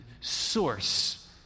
source